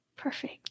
Perfect